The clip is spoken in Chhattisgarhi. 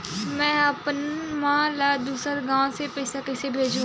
में अपन मा ला दुसर गांव से पईसा कइसे भेजहु?